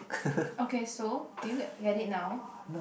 okay so do you get it now